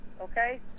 okay